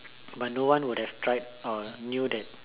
but no one would have tried I would knew that